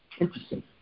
Interesting